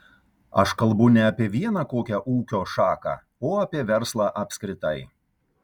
aš kalbu ne apie vieną kokią ūkio šaką o apie verslą apskritai